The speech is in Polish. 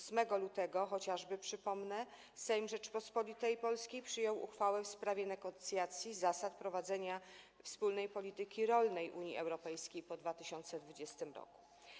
8 lutego chociażby, przypomnę, Sejm Rzeczypospolitej Polskiej przyjął uchwałę w sprawie negocjacji zasad prowadzenia wspólnej polityki rolnej Unii Europejskiej po 2020 r.